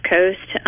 Coast